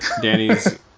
Danny's